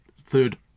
third